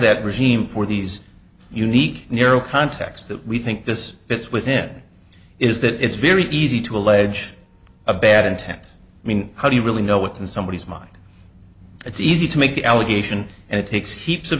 that regime for these unique neural contacts that we think this fits with him is that it's very easy to allege a bad intent i mean how do you really know what's in somebody as mine it's easy to make the allegation and it takes heaps of